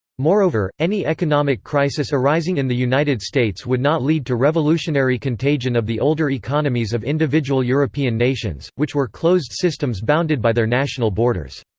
moreover, any economic crisis arising in the united states would not lead to revolutionary contagion of the older economies of individual european nations, which were closed systems bounded by their national borders.